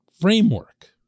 framework